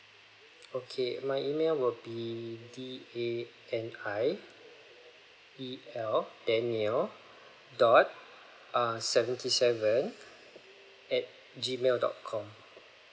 okay my email would be D A N I E L daniel dot uh seventy seven at G mail dot com